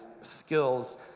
skills